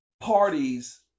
parties